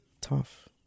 tough